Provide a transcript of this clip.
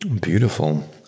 beautiful